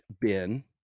bin